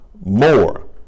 more